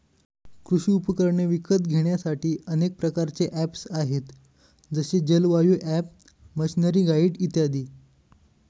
कृषी उपकरणे विकत घेण्यासाठी अनेक प्रकारचे ऍप्स आहेत जसे जलवायु ॲप, मशीनरीगाईड इत्यादी